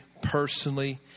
personally